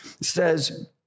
says